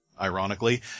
ironically